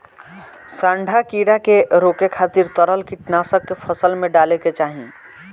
सांढा कीड़ा के रोके खातिर तरल कीटनाशक के फसल में डाले के चाही